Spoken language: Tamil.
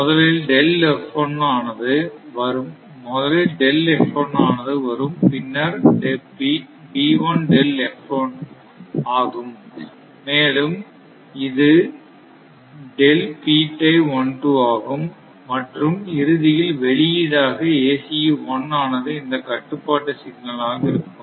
முதலில் ஆனது வரும் பின்னர் ஆகும் மேலும் இது ஆகும் மற்றும் இறுதியில் வெளியீடாக ACE 1 ஆனது இந்த கட்டுப்பாட்டு சிக்னல் ஆக இருக்கும்